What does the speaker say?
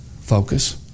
focus